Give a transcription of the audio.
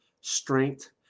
strength